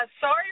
Sorry